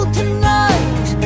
tonight